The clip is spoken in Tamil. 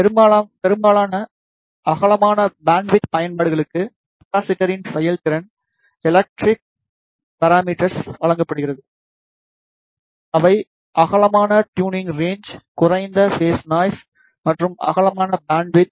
பெரும்பாலான அகலமான பேண்ட்வித் பயன்பாடுகளுக்கு கெப்பாஸிட்டர்ஸின் செயல்திறன் எலக்ட்ரிக் பாராமீடேர்ஸால் வழங்கப்படுகிறது அவை அகலமான ட்யுண்ணிங் ரேன்ச் குறைந்த ஃபேஸ் நாய்ஸ் மற்றும் அகலமான பேண்ட்வித்